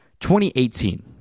2018